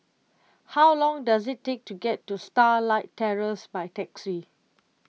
how long does it take to get to Starlight Terrace by taxi